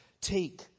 take